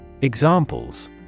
Examples